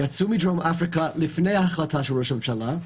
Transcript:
הם יצאו מדרום אפריקה לפני ההחלטה של ראש הממשלה,